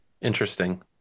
interesting